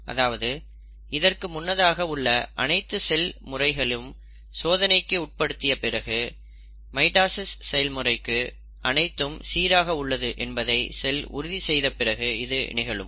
அதாவது இதற்கு முன்னதாக உள்ள அனைத்து செயல் முறைகளும் சோதனைக்கு உட்படுத்திய பிறகு மைட்டாசிஸ் செயல்முறைக்கு அனைத்தும் சீராக உள்ளது என்பதை செல் உறுதி செய்த பிறகு இது நிகழும்